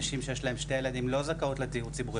נשים שיש להן שני ילדים לא זכאות לדיור ציבורי.